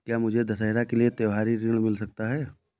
क्या मुझे दशहरा के लिए त्योहारी ऋण मिल सकता है?